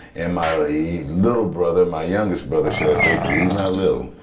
and my little brother, my youngest brother should i say, cause he's not little.